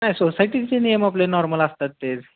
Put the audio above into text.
नाही सोसायटीचे नियम आपले नॉर्मल असतात तेच